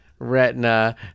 Retina